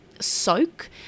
soak